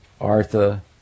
artha